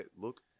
look